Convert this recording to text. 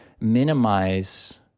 minimize